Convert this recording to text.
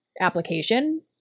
application